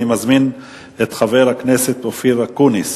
אני מזמין את חבר הכנסת אופיר אקוניס.